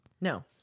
No